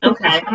Okay